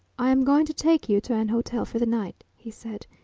i am going to take you to an hotel for the night, he said,